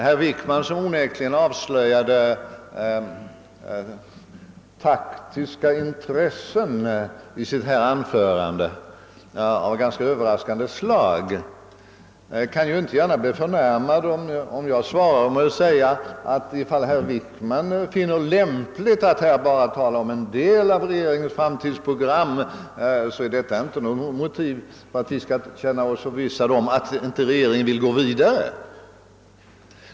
Herr Wickman, som onekligen i sitt anförande avslöjade taktiska intressen av ganska överraskande slag, kan inte bli förnärmad om jag svarar, att därest herr Wickman finner lämpligi att här bara tala om en del av regeringens framtidsprogram, är det inte något motiv för att vi skall kunna känna oss förvissade om att regeringen inte vill gå längre.